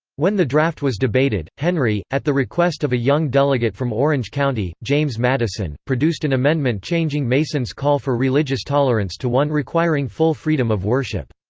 when the draft was debated, henry, at the request of a young delegate from orange county, james madison, produced an amendment changing mason's call for religious tolerance to one requiring full freedom of worship.